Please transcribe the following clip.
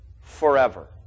forever